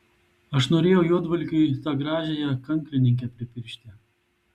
aš norėjau juodvalkiui tą gražiąją kanklininkę pripiršti